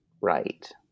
right